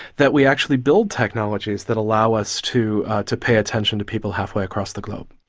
that we actually build technologies that allow us to to pay attention to people halfway across the globe.